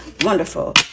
wonderful